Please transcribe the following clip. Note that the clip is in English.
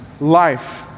Life